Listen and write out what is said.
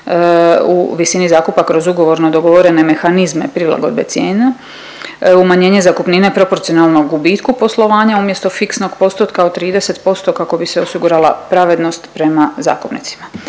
u visini zakupa kroz ugovorno dogovorene mehanizme prilagodbe cijena. Umanjenje zakupnine proporcionalno gubitku poslovanja umjesto fiksnog postotka od 30% kako bi se osigurala pravednost prema zakupnicima